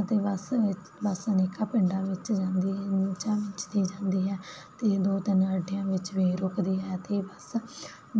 ਅਤੇ ਬੱਸ ਅਨੇ ਬੱਸ ਅਨੇਕਾਂ ਪਿੰਡਾਂ ਵਿੱਚ ਜਾਂਦੀ ਵਿੱਚ ਦੀ ਜਾਂਦੀ ਹੈ ਅਤੇ ਦੋ ਤਿੰਨ ਅੱਡਿਆਂ ਵਿੱਚ ਵੀ ਰੁਕਦੀ ਹੈ ਅਤੇ ਬੱਸ